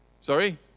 Sorry